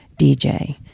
DJ